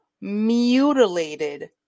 mutilated